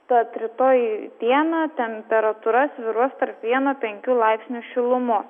tad rytoj dieną temperatūra svyruos tarp vieno penkių laipsnių šilumos